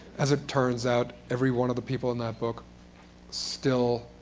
as it turns out, every one of the people in that book still